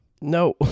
No